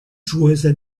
joueuses